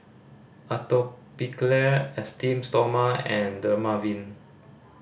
Atopiclair Esteem Stoma and Dermaveen